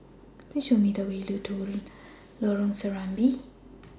Please Show Me The Way to Lorong Serambi